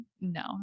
no